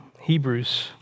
Hebrews